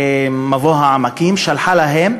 מבוא העמקים, שלחה להם,